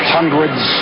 Hundreds